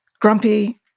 grumpy